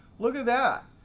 look at that.